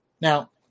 now